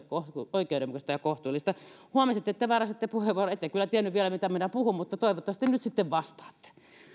oikeudenmukaista ja kohtuullista huomasin että te varasitte puheenvuoron ette kyllä tiennyt vielä mitä minä puhun mutta toivottavasti nyt sitten vastaatte